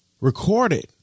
Recorded